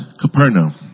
Capernaum